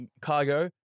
cargo